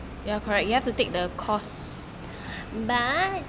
but